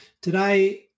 Today